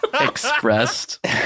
expressed